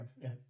Yes